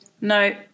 No